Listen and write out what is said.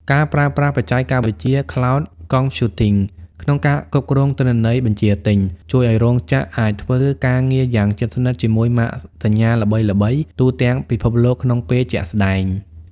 ការប្រើប្រាស់បច្ចេកវិទ្យា Cloud Computing ក្នុងការគ្រប់គ្រងទិន្នន័យបញ្ជាទិញ ជួយឱ្យរោងចក្រអាចធ្វើការងារយ៉ាងជិតស្និទ្ធជាមួយម៉ាកសញ្ញាល្បីៗទូទាំងពិភពលោកក្នុងពេលជាក់ស្ដែង។